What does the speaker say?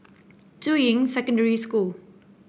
Juying Secondary School